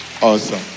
Awesome